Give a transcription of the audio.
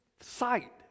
sight